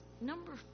Number